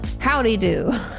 Howdy-do